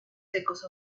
secos